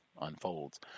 unfolds